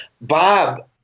Bob